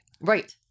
right